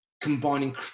combining